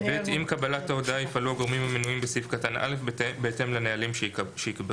קבלת ההודעה יפעלו הגורמים המנויים בסעיף קטן (א) בתאם לנהלים שיקבעו.